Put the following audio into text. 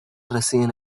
residen